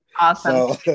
Awesome